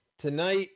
tonight